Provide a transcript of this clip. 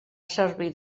servir